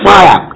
Fire